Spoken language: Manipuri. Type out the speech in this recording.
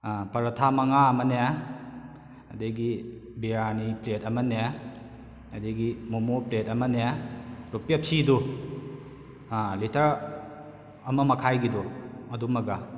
ꯄꯔꯣꯊꯥ ꯃꯉꯥ ꯑꯃꯅꯦ ꯑꯗꯨꯗꯒꯤ ꯕ꯭ꯔꯤꯌꯥꯅꯤ ꯄ꯭ꯂꯦꯠ ꯑꯃꯅꯦ ꯑꯗꯨꯗꯒꯤ ꯃꯣꯃꯣ ꯄ꯭ꯂꯦꯠ ꯑꯃꯅꯦ ꯗꯣ ꯄꯦꯞꯁꯤꯗꯨ ꯂꯤꯇꯔ ꯑꯃ ꯃꯈꯥꯏꯒꯤꯗꯨ ꯑꯗꯨꯃꯒ